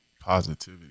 positivity